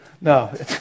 No